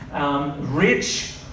rich